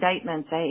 indictments